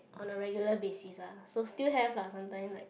on a regular basis ah so still have lah sometime like